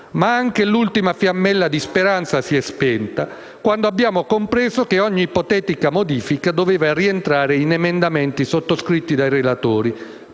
ma anche l'ultima fiammella di speranza si è spenta quando abbiamo compreso che ogni ipotetica modifica doveva rientrare in emendamenti sottoscritti dai relatori,